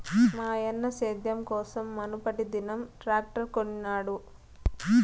మాయన్న సేద్యం కోసం మునుపటిదినం ట్రాక్టర్ కొనినాడు